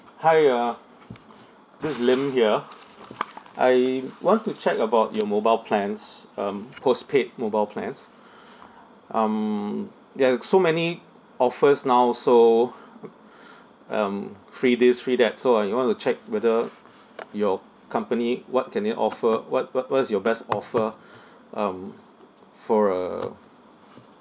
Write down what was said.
hi uh this is lim here I want to check about your mobile plans um postpaid mobile plans um there are so many offers now so um free this free that so I want to check whether your company what can you offer what what what is your best offer um for uh